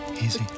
easy